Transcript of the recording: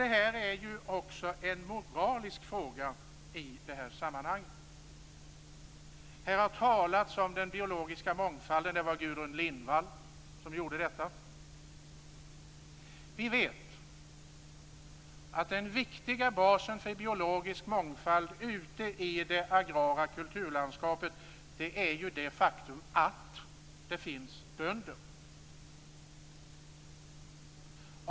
Detta är också en moralisk fråga. Här har Gudrun Lindvall talat om den biologiska mångfalden. Vi vet att den viktiga basen för biologisk mångfald ute i det agrara kulturlandskapet är det faktum att det finns bönder.